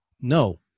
No